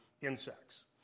insects